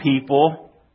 people